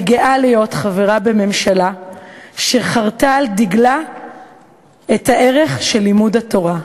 אני גאה להיות חברה בממשלה שחרתה על דגלה את הערך של לימוד התורה.